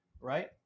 right